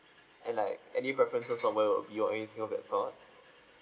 and like any preferences of where it will be or anything of that sort